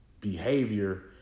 behavior